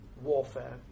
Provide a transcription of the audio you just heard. warfare